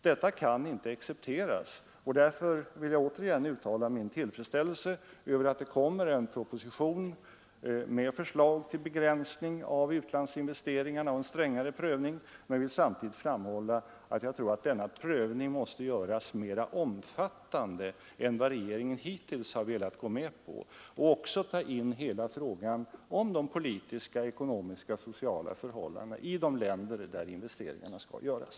Detta kan inte accepteras, och därför vill jag återigen uttala min tillfredsställelse över att det kommer att läggas fram en proposition med förslag till begränsning av utlandsinvesteringarna och en strängare prövning. Men jag vill samtidigt framhålla att jag tror att denna prövning måste göras mer omfattande än vad regeringen hittills velat gå med på och också ta in hela frågan om de politiska, ekonomiska och sociala förhållandena i de länder där investeringarna skall göras.